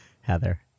Heather